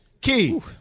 Key